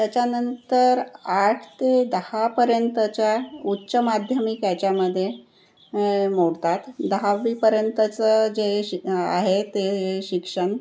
त्याच्यानंतर आठ ते दहापर्यंतच्या उच्च माध्यमिक याच्यामध्ये मोडतात दहावीपर्यंतचं जे श आहे ते शिक्षण